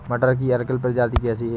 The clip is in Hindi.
मटर की अर्किल प्रजाति कैसी है?